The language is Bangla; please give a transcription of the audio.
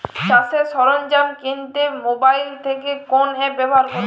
চাষের সরঞ্জাম কিনতে মোবাইল থেকে কোন অ্যাপ ব্যাবহার করব?